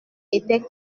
était